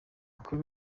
kuri